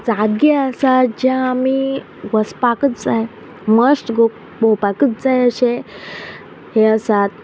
जागे आसात जे आमी वचपाकच जाय मश्ट गो भोंवपाकच जाय अशें हे आसात